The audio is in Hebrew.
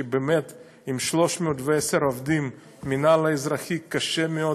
כי עם 310 עובדים במינהל האזרחי קשה מאוד